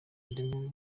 abavandimwe